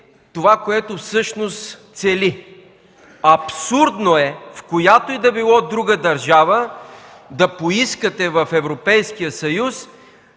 това, което всъщност цели. Абсурдно е, в която и да било друга държава, да поискате в Европейския съюз